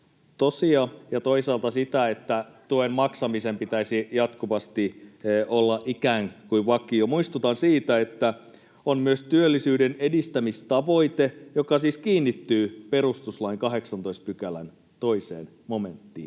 tosia, ja toisaalta siitä, että tuen maksamisen pitäisi jatkuvasti olla ikään kuin vakio. Muistutan siitä, että on myös työllisyyden edistämistavoite, joka siis kiinnittyy perustuslain 18 §:n 2 momenttiin.